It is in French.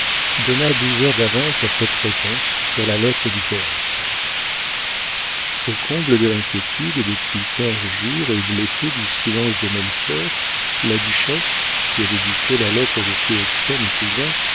donna douze heures d'avance à cette réponse sur la lettre du poëte au comble de l'inquiétude depuis quinze jours et blessée du silence de melchior la duchesse qui avait dicté la lettre de philoxène au cousin